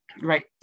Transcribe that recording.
right